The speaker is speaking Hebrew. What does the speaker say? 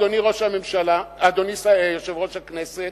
אדוני יושב-ראש הכנסת,